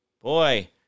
Boy